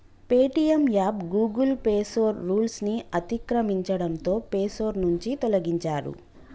Paytm app Google play store rules ని అతిక్రమించడంతో play store నుంచి తొలగించారు